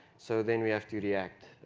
so then we have to react.